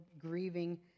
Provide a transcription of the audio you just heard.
grieving